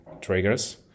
triggers